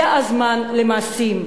זה הזמן למעשים.